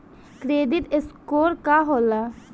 Credit score का होला?